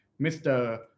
Mr